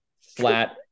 flat